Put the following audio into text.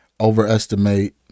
Overestimate